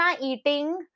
eating